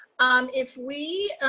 um if we